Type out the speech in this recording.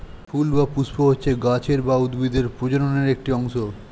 ফুল বা পুস্প হচ্ছে গাছের বা উদ্ভিদের প্রজননের একটি অংশ